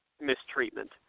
mistreatment